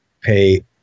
pay